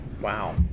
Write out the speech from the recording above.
Wow